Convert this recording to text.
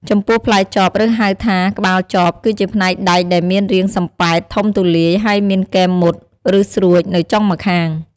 ចំពោះផ្លែចប ឬហៅថា ក្បាលចប គឺជាផ្នែកដែកដែលមានរាងសំប៉ែត ធំទូលាយ ហើយមានគែមមុត ឬស្រួចនៅចុងម្ខាង។